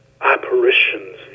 apparitions